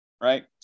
right